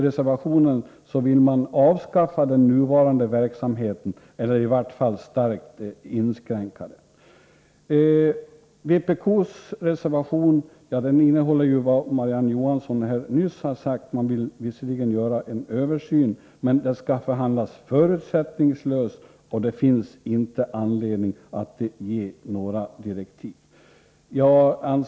Reservanterna vill avskaffa den nuvarande verksamheten eller i varje fall starkt inskränka den. Vpk:s reservation innehåller vad Marie-Ann Johansson här nyss redogjorde för. Man vill visserligen göra en översyn, men den skall ske förutsättningslöst och det finns inte anledning att lämna några direktiv.